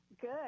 good